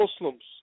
Muslims